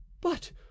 But